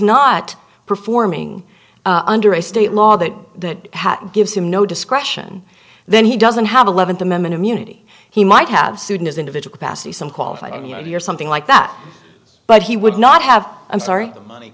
not performing under a state law that that gives him no discretion then he doesn't have eleventh amendment immunity he might have soon as individual bassy some qualified immunity or something like that but he would not have i'm sorry the money